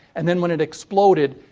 and then, when it exploded,